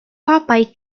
popeye